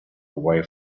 away